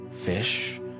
Fish